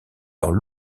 dans